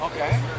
Okay